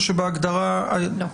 לא.